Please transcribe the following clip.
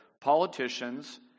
politicians